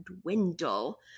dwindle